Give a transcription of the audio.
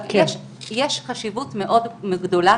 יש חשיבות גדולה מאוד,